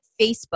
Facebook